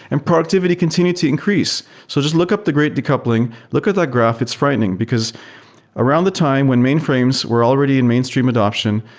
and productivity continued to increase so just look up the great decoupling, look at that graph. it's frightening, because around the time when mainframes were already in mainstream adoption,